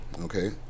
Okay